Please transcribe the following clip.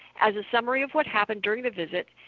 as a summary of what happened during the visit,